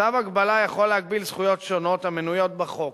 צו הגבלה יכול להגביל זכויות שונות המנויות בחוק,